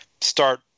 start